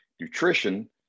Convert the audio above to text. nutrition